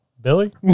Billy